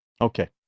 Okay